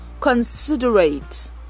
considerate